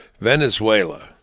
Venezuela